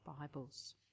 Bibles